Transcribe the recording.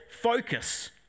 focus